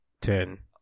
Ten